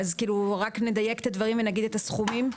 רק נדייק את הדברים ונגיד את הסכומים.